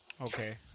Okay